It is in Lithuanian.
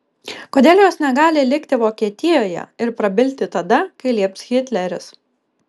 kodėl jos negali likti vokietijoje ir prabilti tada kai lieps hitleris